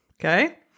okay